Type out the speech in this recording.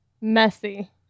messy